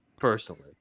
personally